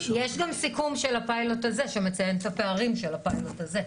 יש גם סיכום של הפיילוט הזה שמציין את הפערים של הפיילוט הזה.